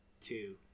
two